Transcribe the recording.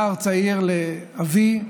נשמע קריר כזה, סקנדינבי.